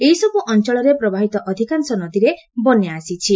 ଏହିସବୁ ଅଞ୍ଚଳରେ ପ୍ରବାହିତ ଅଧିକାଂଶ ନଦୀରେ ବନ୍ୟା ଆସିଛି